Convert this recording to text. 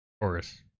chorus